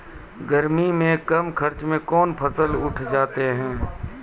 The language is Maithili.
गर्मी मे कम खर्च मे कौन फसल उठ जाते हैं?